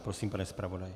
Prosím, pane zpravodaji.